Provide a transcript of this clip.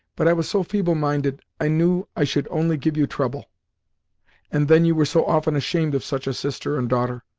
but i was so feeble-minded, i knew i should only give you trouble and then you were so often ashamed of such a sister and daughter,